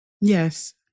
Yes